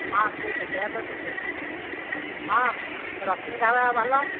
ହଁ ସେଇତ ସେୟା ତ କହୁଛି ହଁ ରଶ୍ମୀ ଢାବା ଭଲ